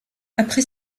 après